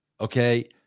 Okay